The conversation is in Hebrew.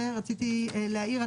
להעיר,